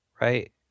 right